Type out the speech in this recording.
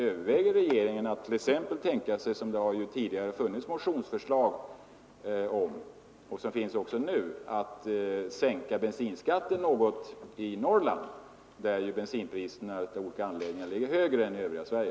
Överväger regeringen exempelvis att — som det ju tidigare funnits motionsförslag om och som det finns förslag om också nu — sänka bensinskatten något i Norrland, där ju bensinpriserna av olika anledningar ligger högre än i övriga Sverige?